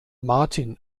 martin